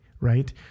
right